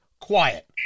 quiet